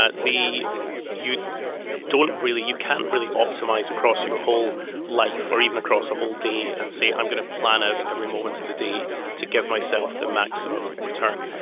ah the you don't really you can't really optimize across your whole life, or even across a whole day, and say, i'm going to plan out every moment of the day to give myself the maximum return.